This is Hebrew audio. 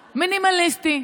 מינימליסטי,